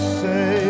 say